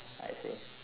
I see